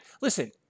listen